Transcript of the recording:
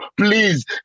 Please